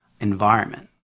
environment